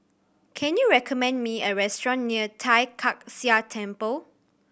can you recommend me a restaurant near Tai Kak Seah Temple